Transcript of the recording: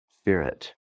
spirit